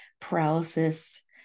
paralysis